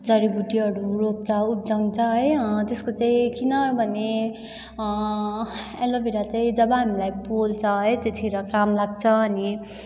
जडीबुटीहरू रोप्छ उब्जाउँछ है त्यसको चाहिँ किनभने एलोभेरा चाहिँ जब हामीलाई पोल्छ है त्यतिखेर काम लाग्छ अनि